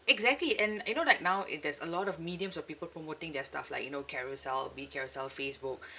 exactly and you know like now it there's a lot of mediums of people promoting their stuff like you know Carousell be it Carousell Facebook